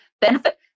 benefit